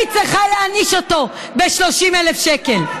אני צריכה להעניש אותו ב-30,000 שקל?